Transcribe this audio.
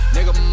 Nigga